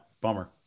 bummer